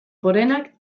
gorenak